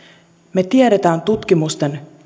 me tiedämme tutkimusten